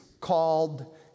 called